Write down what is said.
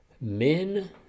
men